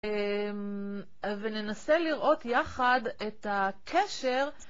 וננסה לראות יחד את הקשר.